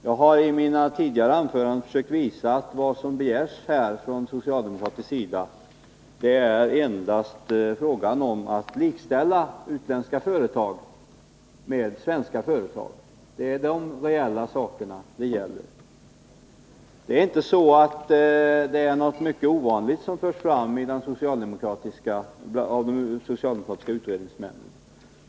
Jag har i mina tidigare anföranden försökt visa att vad som begärs här från socialdemokratisk sida endast är att utländska företag skall likställas med svenska företag. Det är de reella sakerna det gäller. Det är inte så att det är något mycket ovanligt som förts fram av de socialdemokratiska utredningsmännen.